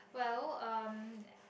well um